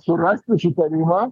surasti sutarimą